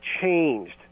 changed